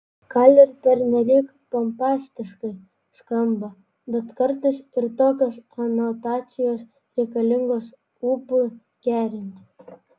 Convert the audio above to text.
gal ir pernelyg pompastiškai skamba bet kartais ir tokios anotacijos reikalingos ūpui gerinti